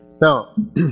Now